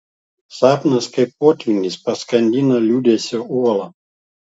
sapnas kaip potvynis paskandina liūdesio uolą